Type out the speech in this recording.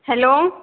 hello